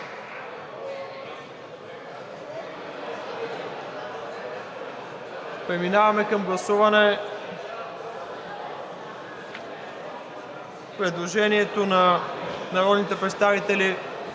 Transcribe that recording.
Преминаваме към гласуване на предложението на народните представители